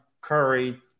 Curry